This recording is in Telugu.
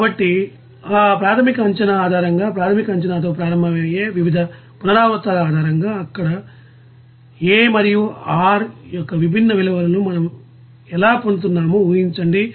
కాబట్టి ఆ ప్రాథమిక అంచనా ఆధారంగా ప్రాథమిక అంచనాతో ప్రారంభమయ్యే విభిన్న పునరావృతాల ఆధారంగా అక్కడ A మరియు R యొక్క విభిన్న విలువలను మనం ఎలా పొందుతున్నామో ఊహించండి